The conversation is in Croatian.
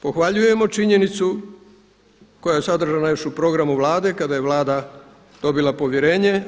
Pohvaljujemo činjenicu koja je sadržana još u programu Vlade kada je Vlada dobila povjerenje.